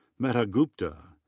medha gupta.